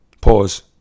Pause